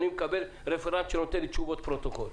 אני מקבל רפרנט שנותן לי תשובות פרוטוקול.